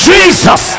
Jesus